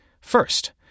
First